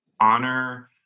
honor